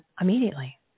immediately